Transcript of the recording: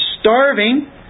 starving